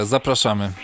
Zapraszamy